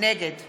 נגד